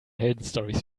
heldenstorys